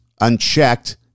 unchecked